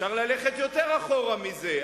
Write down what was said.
ראש הממשלה, אפשר ללכת יותר אחורה מזה.